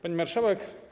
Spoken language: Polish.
Pani Marszałek!